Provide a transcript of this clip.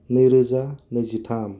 नैरोजा नैजिथाम